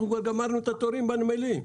אנחנו כבר גמרנו את התורים בנמלים.